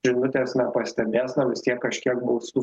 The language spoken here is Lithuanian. žinutės nepastebės na vis tiek kažkiek balsų